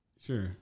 Sure